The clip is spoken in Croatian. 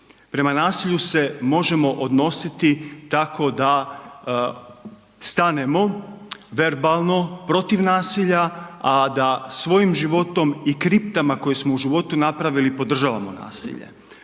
Prema nasilju se možemo odnositi tako da stanemo verbalno protiv nasilja a da svojim životom i kriptama koje smo u životu napravili podržavamo nasilje.